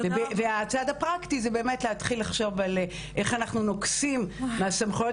הצד הפרקטי זה באמת להתחיל לחשוב איך אנחנו נוגסים מהסמכויות